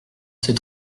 c’est